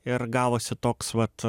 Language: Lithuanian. ir gavosi toks vat